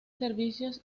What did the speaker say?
servicios